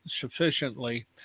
sufficiently